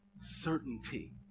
certainty